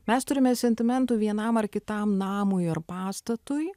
mes turime sentimentų vienam ar kitam namui ar pastatui